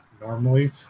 normally